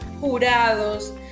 jurados